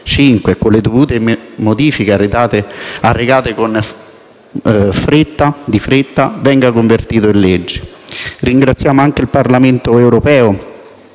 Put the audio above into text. con le dovute modifiche apportate di fretta, venga convertito in legge. Ringraziamo anche il Parlamento europeo,